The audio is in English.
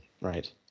Right